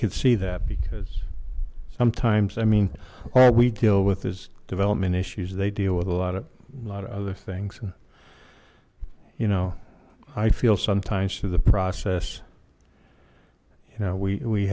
could see that because sometimes i mean all we deal with is development issues they deal with a lot of a lot of other things and you know i feel sometimes through the process you know we we